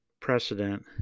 precedent